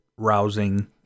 Rousing